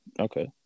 Okay